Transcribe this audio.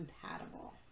compatible